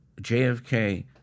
JFK